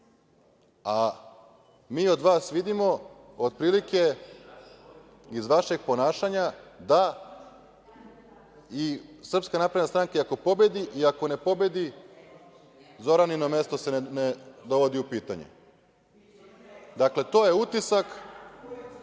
Mi od vas vidimo, otprilike iz vašeg ponašanja, da i SNS i ako pobedi i ako ne pobedi, Zoranino mesto se ne dovodi u pitanje. Dakle, to je utisak